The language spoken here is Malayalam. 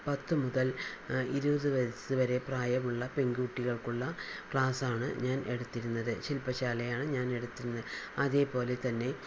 പത്തു മുതൽ ഇരുപത് വയസ്സ് വരെ പ്രായമുള്ള പെൺകുട്ടികൾക്കുള്ള ക്ലാസ്സാണ് ഞാൻ എടുത്തിരുന്നത് ശില്പശാലയാണ് ഞാൻ എടുത്തിരുന്നത് അതേപോലെ തന്നെ